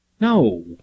No